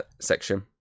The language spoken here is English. section